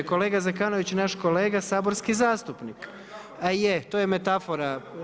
Kolega Zekanović je naš kolega saborski zastupnik. … [[Upadica sa strane, ne razumije se.]] Je, to je metafora.